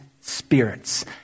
spirits